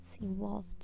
involved